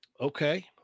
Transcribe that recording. okay